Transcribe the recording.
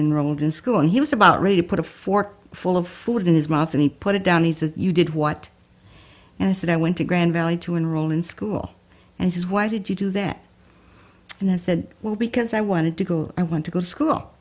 and enroll in school and he was about ready to put a fork full of food in his mouth and he put it down he said you did what and i said i went to grand valley to enroll in school and says why did you do that and i said well because i wanted to go i want to go to school